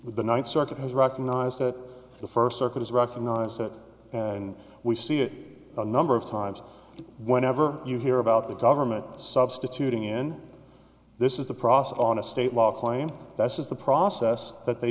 the ninth circuit has recognized that the first circuit has recognized that and we see it a number of times whenever you hear about the government substituting in this is the process on a state law claim that says the process that they